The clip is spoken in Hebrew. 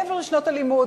מעבר לשנות הלימוד,